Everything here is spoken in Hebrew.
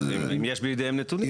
לא, אבל אם יש בידיהם את הנתונים,